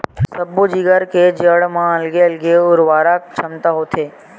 सब्बो जिगर के जड़ म अलगे अलगे उरवरक छमता होथे